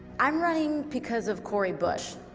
i'm running because of cori bush.